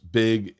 big